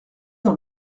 dans